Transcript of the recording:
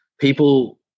people